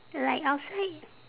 like outside